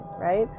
right